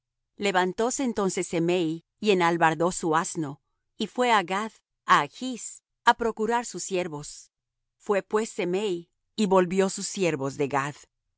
levantóse entonces semei y enalbardó su asno y fué á gath á achs á procurar sus siervos fué pues semei y volvió sus siervos de gath